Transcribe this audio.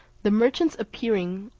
the merchants appearing,